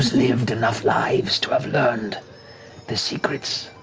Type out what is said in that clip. lived enough lives to have learned the secrets